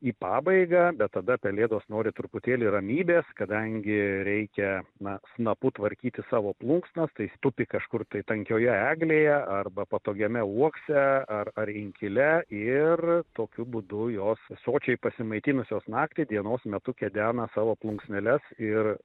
į pabaigą bet tada pelėdos nori truputėlį ramybės kadangi reikia na snapu tvarkyti savo plunksnas tais tupi kažkur tai tankioje eglėje arba patogiame uokse ar ar inkile ir tokiu būdu jos sočiai pasimaitinusios naktį dienos metu kedena savo plunksneles ir